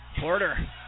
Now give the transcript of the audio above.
Porter